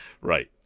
Right